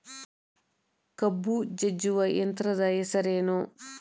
ಕಬ್ಬು ಜಜ್ಜುವ ಯಂತ್ರದ ಹೆಸರೇನು?